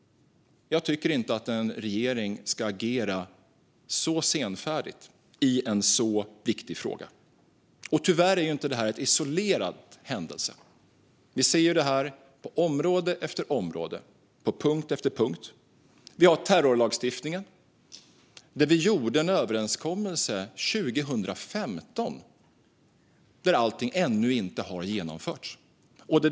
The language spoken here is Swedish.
Jag tycker inte att en regering ska agera så senfärdigt i en så viktig fråga. Tyvärr är inte detta en isolerad händelse. Vi ser detta på område efter område, på punkt efter punkt. Vi har terrorlagstiftningen där vi gjorde en överenskommelse 2015 men där allting ännu inte har genomförts.